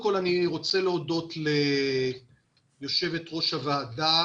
רוצה להודות ליושבת-ראש הוועדה